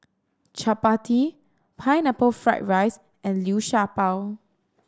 Chappati Pineapple Fried Rice and Liu Sha Bao